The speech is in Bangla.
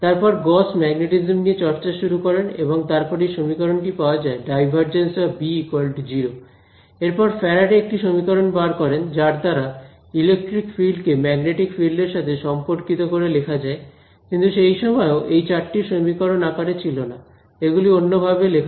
তারপরে গস ম্যাগনেটিজম নিয়ে চর্চা শুরু করেন এবং তারপর এই সমীকরণটি পাওয়া যায় ∇· B 0 এরপর ফ্যারাডে একটি সমীকরণ বের করেন যার দ্বারা ইলেকট্রিক ফিল্ড কে ম্যাগনেটিক ফিল্ড এর সাথে সম্পর্কিত করে লেখা যায় কিন্তু সেই সময়ও এই চারটি সমীকরণ এই আকারে ছিলনা এগুলি অন্যভাবে লেখা ছিল